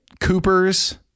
Cooper's